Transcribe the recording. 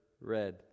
Red